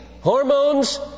hormones